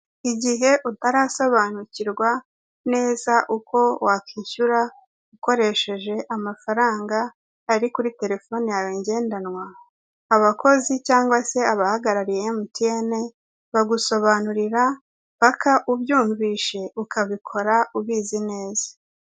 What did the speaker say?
Igihe utarasobanukirwa neza uko wakwishyura ukoresheje amafaranga ari kuri terefone yawe ngendanwa, abakozi cyangwa se abahagarariye Emutiyene bagusobanurira mpaka ubyumvishe ukabikora ubizi neza.